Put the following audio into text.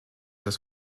das